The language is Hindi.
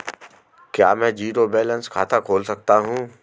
क्या मैं ज़ीरो बैलेंस खाता खोल सकता हूँ?